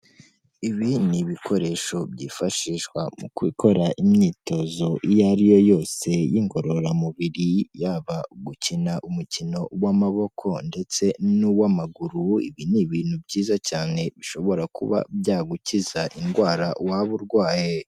Ibi ni ibikoresho byifashishwa mu gukora imyitozo iyo ariyo yose y'ingorororamubiri, yaba gukina umukino w'amaboko ndetse n'uw'amaguru, ibi ni ibintu byiza cyane bishobora kuba byagukiza indwara waba urwaye.